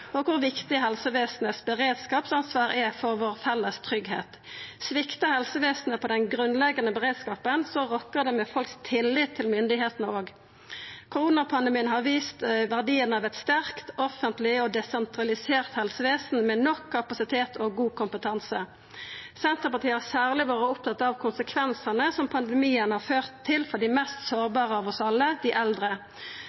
og kor viktig beredskapsansvaret til helsevesenet er for vår felles tryggleik. Sviktar helsevesenet på den grunnleggjande beredskapen, rokkar det òg ved folk sin tillit til myndigheitene. Koronapandemien har vist verdien av eit sterkt, offentleg og desentralisert helsevesen med nok kapasitet og god kompetanse. Senterpartiet har særleg vore opptatt av konsekvensane som pandemien har ført til for dei mest